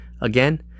Again